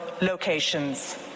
locations